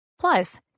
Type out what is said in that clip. Plus